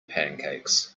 pancakes